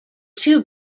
two